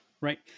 Right